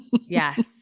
Yes